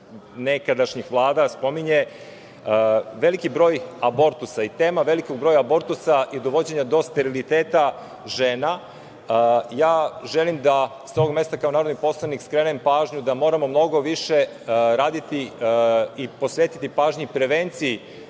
nekadašnjih Vlada spominje, veliki broj abortusa i tema velikog broja abortusa i dovođenja do steriliteta žena, želim da sa ovog mesta, kao narodni poslanik, skrenem pažnju, da moramo mnogo više raditi i posvetiti pažnju prevenciji.U